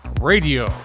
radio